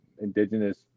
indigenous